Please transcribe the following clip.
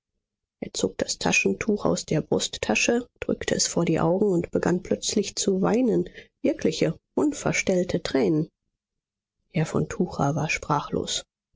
er zog das taschentuch aus der brusttasche drückte es vor die augen und begann plötzlich zu weinen wirkliche unverstellte tränen herr von tucher war sprachlos